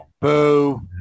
Boo